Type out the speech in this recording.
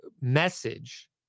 message